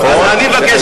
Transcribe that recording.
אז אני מבקש,